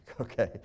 okay